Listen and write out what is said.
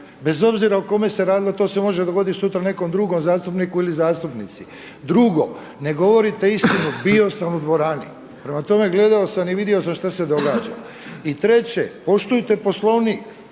bez obzira o kome se radilo. To se može dogoditi sutra nekom drugom zastupniku ili zastupnici. Drugo, ne govorite istinu. Bio sam u dvorani, prema tome gledao sam i vidio sam što se događa. I treće, poslujte Poslovnik,